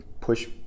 push